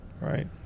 Right